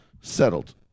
Settled